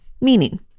meaning